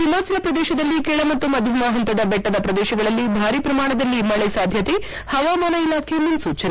ಹಿಮಾಚಲ ಪ್ರದೇಶದಲ್ಲಿ ಕೆಳ ಮತ್ತು ಮಧ್ಯಮ ಹಂತದ ದೆಟ್ಟದ ಪ್ರದೇಶಗಳಲ್ಲಿ ಭಾರಿ ಪ್ರಮಾಣದಲ್ಲಿ ಮಳೆ ಸಾಧ್ಯತೆ ಹವಾಮಾನ ಇಲಾಖೆ ಮುನ್ನೂಚನೆ